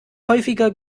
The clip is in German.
häufiger